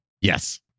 Yes